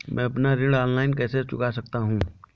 मैं अपना ऋण ऑनलाइन कैसे चुका सकता हूँ?